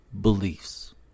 beliefs